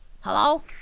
Hello